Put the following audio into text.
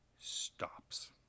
stops